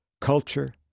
culture